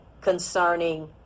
concerning